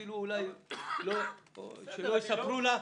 שלא יספרו לה,